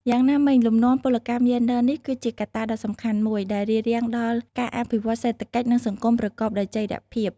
យ៉ាងណាមិញ លំនាំពលកម្មយេនឌ័រនេះគឺជាកត្តាដ៏សំខាន់មួយដែលរារាំងដល់ការអភិវឌ្ឍន៍សេដ្ឋកិច្ច និងសង្គមប្រកបដោយចីរភាព។